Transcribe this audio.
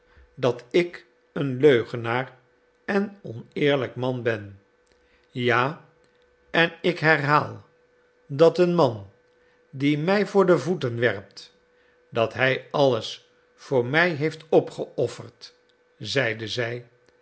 dat ik een leugenaar en oneerlijk man ben ja en ik herhaal dat een man die mij voor de voeten werpt dat hij alles voor mij heeft opgeofferd zeide zij